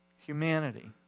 Humanity